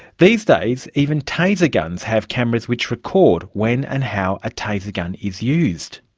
these days even taser guns have cameras which record when and how a taser gun is used.